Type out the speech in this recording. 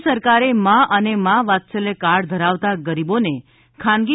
રાજ્ય સરકારે મા અને મા વાત્સલ્ય કાર્ડ ધરાવતા ગરીબોને ખાનગી